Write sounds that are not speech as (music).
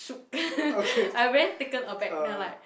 shook (laughs) I very taken aback then I'm like